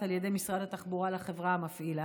על ידי משרד התחבורה לחברה המפעילה.